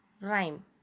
rhyme